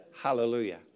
Hallelujah